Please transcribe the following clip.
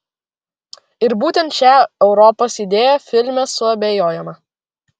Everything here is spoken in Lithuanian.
ir būtent šia europos idėja filme suabejojama